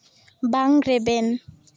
ᱵᱟᱝ ᱨᱮᱵᱮᱱ